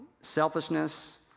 selfishness